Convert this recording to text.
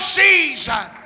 season